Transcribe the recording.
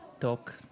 talk